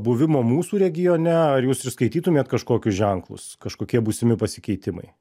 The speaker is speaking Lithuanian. buvimo mūsų regione ar jūs įskaitytumėt kažkokius ženklus kažkokie būsimi pasikeitimai